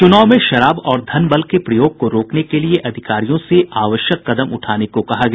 चुनाव में शराब और धन बल के प्रयोग को रोकने के लिए अधिकारियों से आवश्यक कदम उठाने को कहा गया